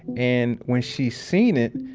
and, when she seen it,